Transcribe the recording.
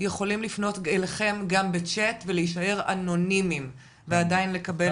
יכולים לפנות אליכם גם בצ'אט ולהישאר אנונימיים ועדיין לקבל את העזרה.